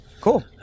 Cool